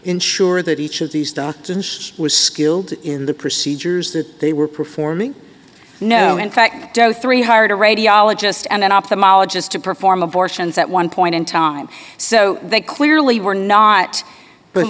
ensure that each of these doctrines was skilled in the procedures that they were performing no in fact three hired a radiologist and an ophthalmologist to perform abortions at one point in time so they clearly were not but